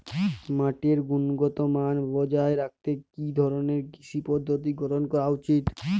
মাটির গুনগতমান বজায় রাখতে কি ধরনের কৃষি পদ্ধতি গ্রহন করা উচিৎ?